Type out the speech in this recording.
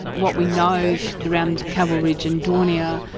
what we know around caval ridge and daunia,